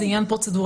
זה עניין פרוצדורלי.